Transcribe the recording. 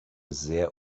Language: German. sehr